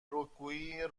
رکگویی